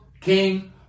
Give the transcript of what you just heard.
King